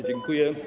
Dziękuję.